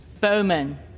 Bowman